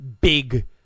big